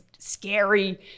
Scary